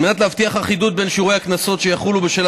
על מנת להבטיח אחידות בין שיעורי הקנסות שיחולו בשל